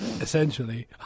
essentially